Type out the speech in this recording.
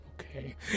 Okay